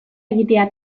egitea